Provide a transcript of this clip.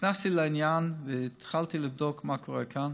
נכנסתי לעניין והתחלתי לבדוק מה קורה כאן.